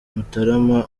mutarama